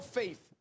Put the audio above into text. faith